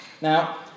Now